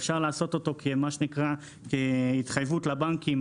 אפשר לעשות אותו כפי שנקרא בהתחייבות לבנקים,